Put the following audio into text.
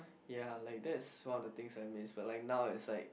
ya like that's one of the things I miss but like now it's like